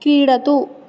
क्रीडतु